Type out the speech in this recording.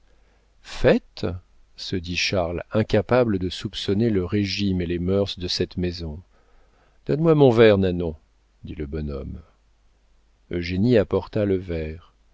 fête se dit charles incapable de soupçonner le régime et les mœurs de cette maison donne-moi mon verre nanon dit le bonhomme eugénie apporta le verre